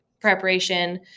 preparation